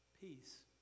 peace